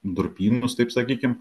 durpynus taip sakykim